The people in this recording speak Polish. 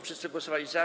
Wszyscy głosowali za.